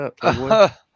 up